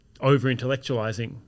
over-intellectualizing